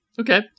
Okay